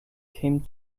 came